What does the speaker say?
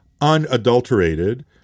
unadulterated